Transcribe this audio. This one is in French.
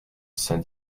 saint